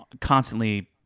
constantly